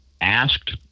asked